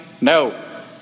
no